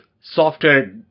software